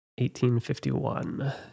1851